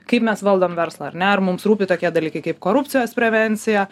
kaip mes valdom verslą ar ne ar mums rūpi tokie dalykai kaip korupcijos prevencija